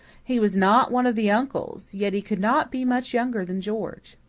he was not one of the uncles, yet he could not be much younger than george.